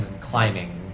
climbing